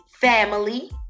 family